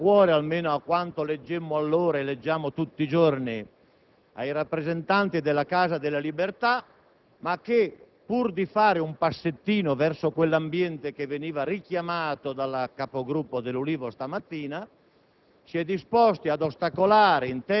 su una tematica che dovrebbe stare a cuore, almeno a quanto leggemmo allora e leggiamo tutti i giorni, ai rappresentanti della Casa delle Libertà, pur di fare un piccolo passo verso quell'ambiente che veniva richiamato dalla Capogruppo dell'Ulivo stamattina,